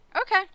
Okay